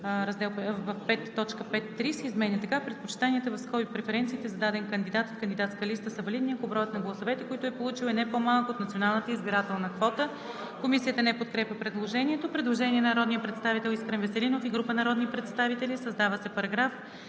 V., т. 5.3 се изменя така: „Предпочитанията (преференциите) за даден кандидат от кандидатска листа са валидни, ако броят на гласовете, които е получил, е не по-малък от националната избирателна квота.“ Комисията не подкрепя предложението. Предложение на народния представител Искрен Веселинов и група народни представители: „Създава се нов